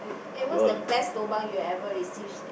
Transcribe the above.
eh eh what's the best lobang you've ever receive